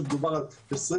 כשמדובר על 22,